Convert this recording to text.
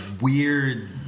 weird